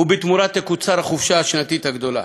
ובתמורה תקוצר החופשה השנתית הגדולה.